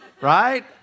right